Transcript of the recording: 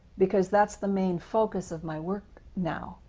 because that's the main focus of my work now,